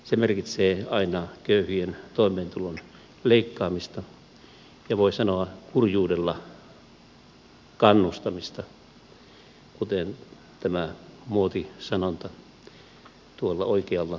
se merkitsee aina köyhien toimeentulon leikkaamista ja voi sanoa kurjuudella kannustamista kuten tämä muotisanonta tuolla oikealla kuuluu